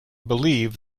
believe